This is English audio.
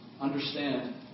understand